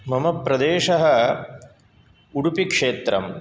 मम प्रदेशः उडुपिक्षेत्रं